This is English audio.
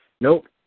Nope